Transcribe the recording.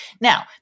Now